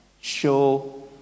show